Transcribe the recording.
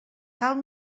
cal